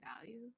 value